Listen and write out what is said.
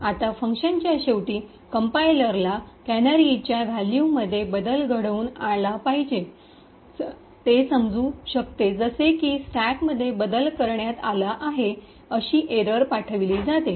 आता फंक्शनच्या शेवटी कंपाईलरला कॅनरीच्या व्हॅल्यूमध्ये बदल घडवून आला आहे समजू शकते जसे की स्टॅकमध्ये बदल करण्यात आला आहे अशी एरर पाठविली जाते